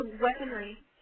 weaponry